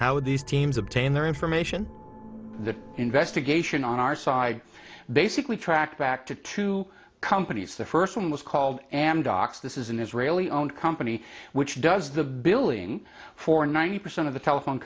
how these teams obtained their information that investigation on our side basically tracked back to two companies the first one was called amdocs this is an israeli owned company which does the billing for ninety percent of the telephone